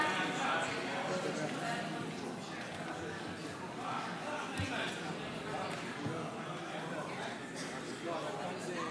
לסעיף 04 בדבר תוספת תקציב לא נתקבלו.